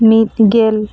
ᱢᱤᱫ ᱜᱮᱞ